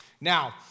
Now